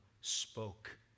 spoke